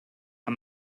i’m